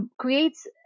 creates